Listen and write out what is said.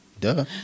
Duh